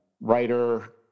writer